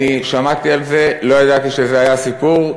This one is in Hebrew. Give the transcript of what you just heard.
שמעתי על זה, לא ידעתי שזה היה הסיפור.